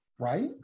right